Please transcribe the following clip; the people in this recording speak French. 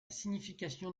signification